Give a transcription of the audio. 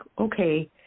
okay